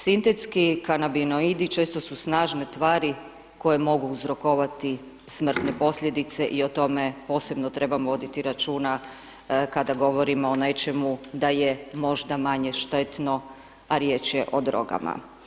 Sintetski kanabinoidi često su snažne tvari koje mogu uzrokovati smrtne posljedice i o tome posebno treba voditi računa kada govorimo o nečemu da je možda manje štetno, a riječ je od drogama.